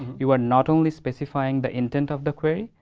you are not only specifying the intent of the query,